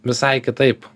visai kitaip